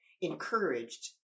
Encouraged